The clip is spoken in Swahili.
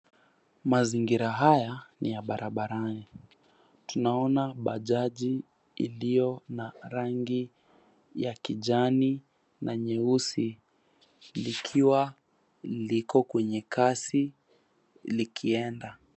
Mazingira haya ni ya barabarani tunaona bajaji iliyo na rangi ya kijani na nyeusi likiwa liko kwenye kasi likienda.